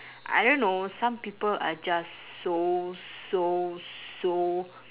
I don't know some people are just so so so